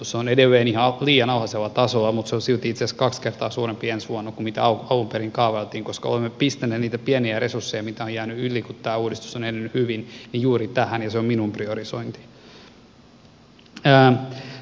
se on edelleen liian alhaisella tasolla mutta se on silti itse asiassa kaksi kertaa suurempi ensi vuonna kuin mitä alun perin kaavailtiin koska olemme pistäneet niitä pieniä resursseja mitä on jäänyt yli kun tämä uudistus on edennyt hyvin juuri tähän ja se on minun priorisointini